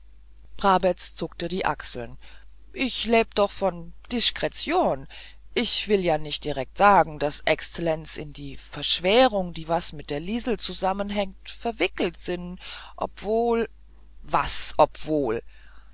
brabetz zuckte die achseln ich leb doch von von dischkretion ich will ja nicht direkt sagen daß ezlenz in die verschwärung die was mit der liesel zusammenhängt verwickelt sin obwohl was obwohl